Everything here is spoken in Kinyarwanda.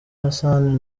hassan